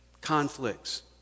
conflicts